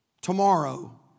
Tomorrow